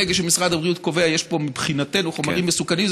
ברגע שמשרד הבריאות קובע: יש פה מבחינתנו חומרים מסוכנים,